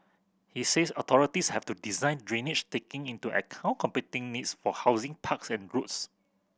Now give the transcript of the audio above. he says authorities have to design drainage taking into account competing needs for housing parks and roads